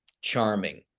charming